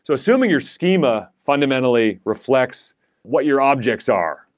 so assuming your schema fundamentally reflects what your objects are,